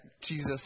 Jesus